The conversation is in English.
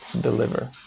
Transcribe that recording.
Deliver